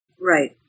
Right